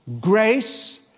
grace